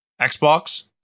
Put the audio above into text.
Xbox